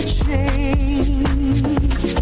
change